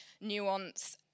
nuance